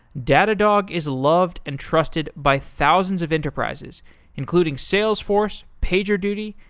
datadog is loved and trusted by thousands of enterprises including salesforce, pagerduty,